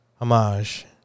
homage